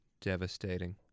devastating